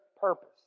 purpose